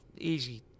easy